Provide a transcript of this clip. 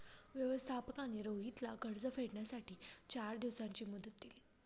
व्यवस्थापकाने रोहितला कर्ज फेडण्यासाठी चार दिवसांची मुदत दिली